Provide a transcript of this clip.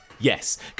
Yes